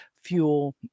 fuel